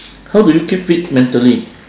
how do you keep fit mentally